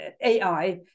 AI